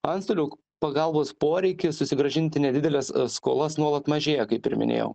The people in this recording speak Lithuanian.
antstolių pagalbos poreikis susigrąžinti nedideles skolas nuolat mažėja kaip ir minėjau